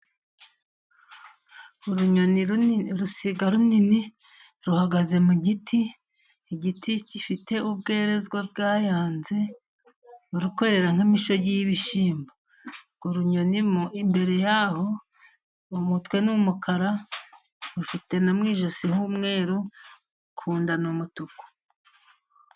Urunyoni runini, urusiga runini ruhagaze mu giti, igiti gifite ubwerezwa bwayanze, buri kwerera nk'imishogi y'ibishyimbo, urunyoni imbere y'aho umutwe n'umukara rufite no mu ijosi h'umweru, ku nda ni umutuku.